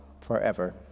forever